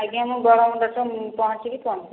ଆଜ୍ଞା ମୁଁ ବରମୁଣ୍ଡା ଠୁ ପହଁଚିକି ଫୋନ କରିବି